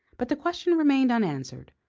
but the question remained unanswered,